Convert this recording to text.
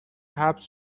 حبس